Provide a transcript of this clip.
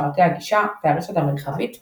שרתי הגישה והרשת המרחבית והאינטרנט.